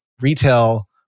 retail